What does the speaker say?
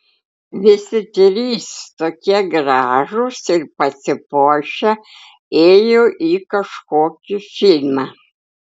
visi trys tokie gražūs ir pasipuošę ėjo į kažkokį filmą